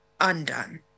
undone